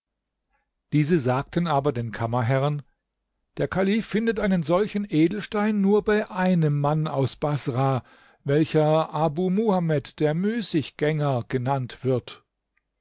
diese sagten aber den kammerherren der kalif findet einen solchen edelstein nur bei einem mann aus baßrah welcher abu muhamed der müßiggänger genannt wird